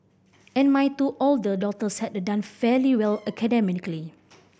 and my two older daughters had done fairly well academically